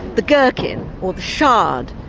the gherkin or the shard.